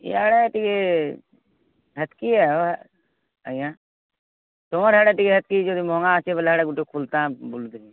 ଇଆଡ଼େ ଟିକେ ସେତିକି ଆଜ୍ଞା ତୁମ ଆଡ଼େ ଟିକେ ସେତିକି ଯଦି ମହଙ୍ଗା ଅଛି ଯଦି ଗୋଟେ ଖୋଲିଥାନ୍ତି